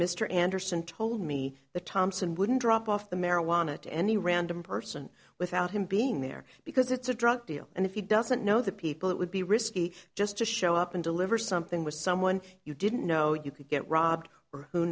mr anderson told me that thompson wouldn't drop off the marijuana to any random person without him being there because it's a drug deal and if he doesn't know the people it would be risky just to show up and deliver something with someone you didn't know you could get robbed or who